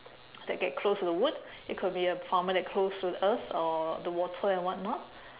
that get close to the wood it could be a farmer that close to earth or the water and whatnot